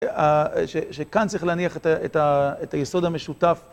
שכאן צריך להניח את היסוד המשותף